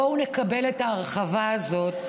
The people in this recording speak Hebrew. בואו נקבל את ההרחבה הזאת,